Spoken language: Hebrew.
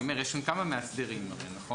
אני אומר שיש שם כמה מאסדרים שמוסמכים.